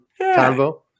convo